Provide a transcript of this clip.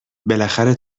بالاخره